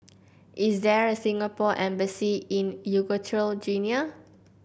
is there a Singapore Embassy in Equatorial Guinea